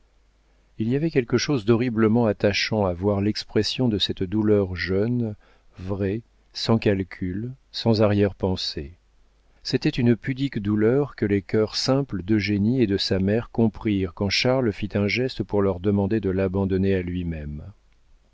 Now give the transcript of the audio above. il y avait quelque chose d'horriblement attachant à voir l'expression de cette douleur jeune vraie sans calcul sans arrière-pensée c'était une pudique douleur que les cœurs simples d'eugénie et de sa mère comprirent quand charles fit un geste pour leur demander de l'abandonner à lui-même